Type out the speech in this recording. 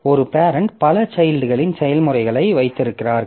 ஒரு பேரெண்ட் பல சைல்ட்களின் செயல்முறைகளை வைத்திருக்கிறார்கள்